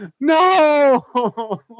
No